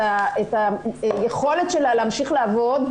את היכולת שלה להמשיך לעבוד.